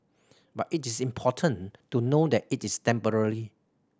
but it is important to know that it is temporary